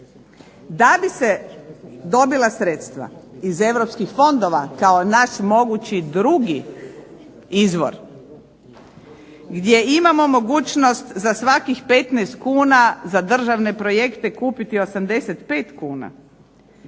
Da bi se dobila sredstva iz europskih fondova kao naš mogući drugi izvor gdje imamo mogućnost za svakih 15 kuna za državne projekte kupiti 85 kuna